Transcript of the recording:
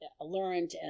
learned